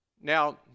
Now